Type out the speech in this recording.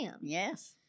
Yes